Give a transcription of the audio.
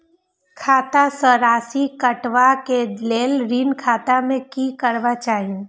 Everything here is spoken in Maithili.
खाता स राशि कटवा कै लेल ऋण खाता में की करवा चाही?